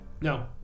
No